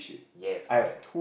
yes correct